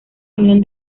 unión